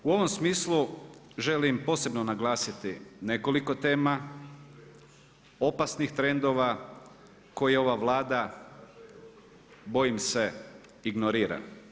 U ovom smislu želim posebno naglasiti nekoliko tema, opasnih trendova koje ova Vlada bojim se ignorira.